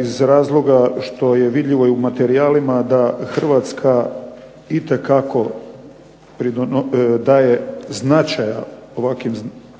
iz razloga što je vidljivo u materijalima da Hrvatska itekako daje značaja